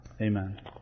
Amen